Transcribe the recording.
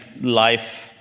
life